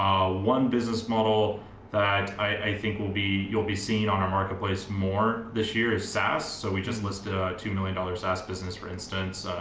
one business model that i think you'll be you'll be seeing on our marketplace more this year is saas. so we just listed a two million dollar saas business for instance.